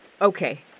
Okay